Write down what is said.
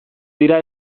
dira